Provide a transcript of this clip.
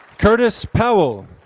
curtis powell